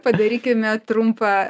padarykime trumpą